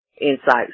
insights